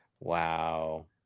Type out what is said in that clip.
Wow